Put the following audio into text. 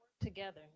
together